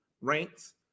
ranks